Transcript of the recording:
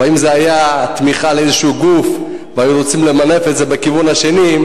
אבל אם זו היתה תמיכה לאיזה גוף והיו רוצים למנף את זה בכיוון השני,